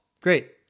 Great